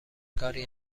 کاری